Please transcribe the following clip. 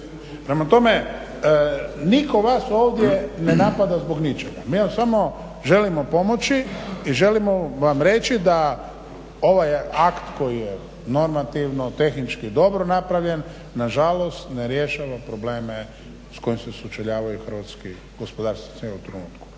Prema tome, nitko vas ovdje ne napada zbog ničega, mi vam samo želimo pomoći i želimo vam reći da ovaj akt koji je normativno, tehnički dobro napravljen nažalost ne rješava probleme s kojim se sučeljavaju hrvatski gospodarstvenici u ovom trenutku